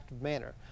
manner